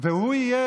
האב,